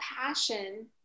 passion